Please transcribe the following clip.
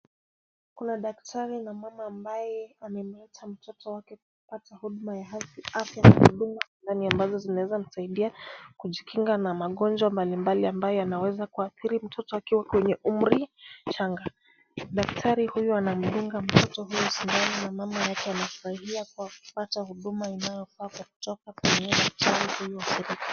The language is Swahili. Kuna daktari na mama ambaye amemleta mtoto wake kupata huduma ya afya. Huduma ambazo zinaweza kumsaidia kujikinga na magonjwa mbalimbali ambayo yanaweza kuathiri mtoto akiwa kwenye umri mchanga. Daktari huyu anamdunga mtoto huyu sindano na mama yake anafurahia kwa kupata huduma inayofaa kutoka kwenye daktari huyu.